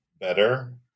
better